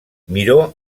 miró